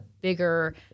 bigger